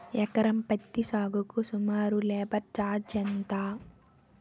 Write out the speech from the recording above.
ఎకరం పత్తి సాగుకు సుమారు లేబర్ ఛార్జ్ ఎంత?